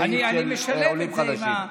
הסעיף של עולים חדשים.